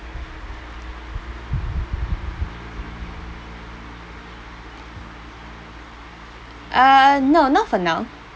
uh no not for now